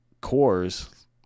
cores